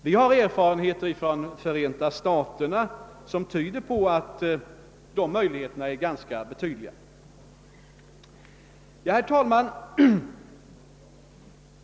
Det finns erfarenheter från Förenta staterna som tyder på att dessa möjligheter är ganska betydande. Herr talman!